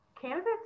candidates